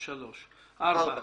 הצבעה בעד תקנה 3 2 נגד,